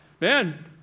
Man